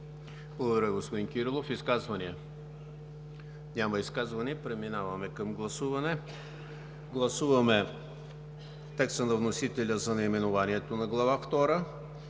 Благодаря Ви, господин Кирилов. Изказвания? Няма. Преминаваме към гласуване. Гласуваме текста на вносителя за наименованието на Закона,